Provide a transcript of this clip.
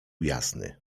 jasny